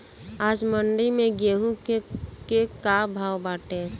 आज मंडी में गेहूँ के का भाव बाटे?